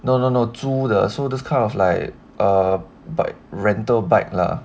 no no no 租的 so this kind of like a bike rental bike lah